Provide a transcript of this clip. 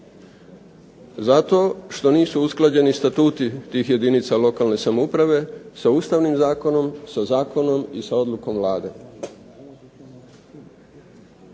zato što nisu usklađeni statuti tih jedinca lokalne samouprave sa Ustavnim zakonom sa zakonom i sa odlukom Vlade.